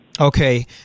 Okay